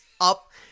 up